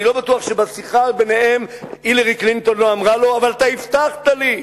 אני לא בטוח שבשיחה ביניהם הילרי קלינטון לא אמרה לו: אבל אתה הבטחת לי,